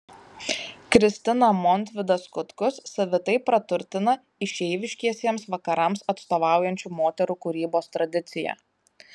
kristina montvidas kutkus savitai praturtina išeiviškiesiems vakarams atstovaujančių moterų kūrybos tradiciją